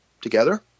together